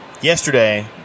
yesterday